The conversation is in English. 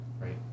right